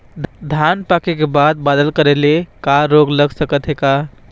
धान पाके के बाद बादल करे ले रोग लग सकथे का?